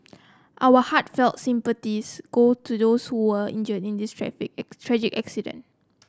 our heartfelt sympathies go to the also were injured in this traffic tragic accident